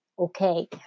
okay